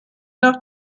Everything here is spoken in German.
nach